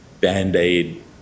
band-aid